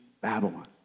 Babylon